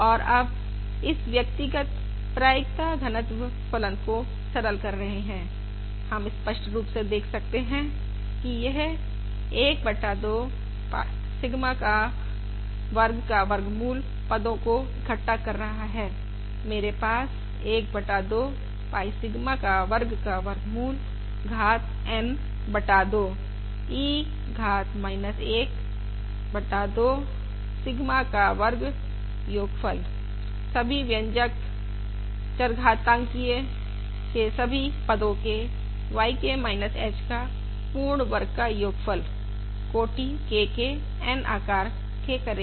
और अब इस पृथक पृथक प्रायिकता घनत्व फलन को सरल कर रहे हैं आप स्पष्ट रूप से देख सकते हैं कि यह 1 बटा 2 पाई सिग्मा का वर्ग का वर्गमूल पदो को इकट्ठा कर रहा है मेरे पास 1 बटा 2 पाई सिग्मा का वर्ग का वर्गमूल घात N बटा 2 e घात 1 बटा 2 सिग्मा का वर्ग योगफल सभी व्यंजक चरघातांकिय़ के सभी पदो के yK h का पूर्ण वर्ग का योगफल कोटि K के N आकार के करेगा